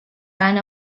van